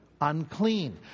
unclean